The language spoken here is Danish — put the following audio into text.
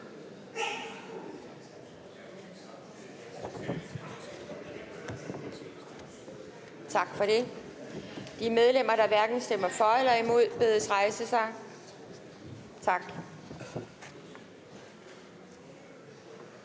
Tak for det. De medlemmer, der hverken stemmer for eller imod, bedes rejse sig. Tak.